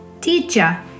Teacher